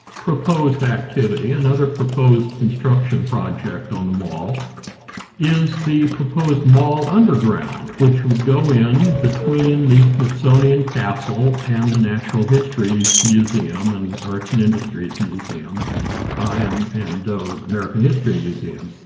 proposed activity another proposed construction project on the mall is the proposed mall underground, which would go in between the smithsonian castle and the natural history museum and arts and industries museum and american history museum